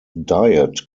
diet